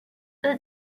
but